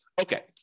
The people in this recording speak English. Okay